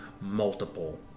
multiple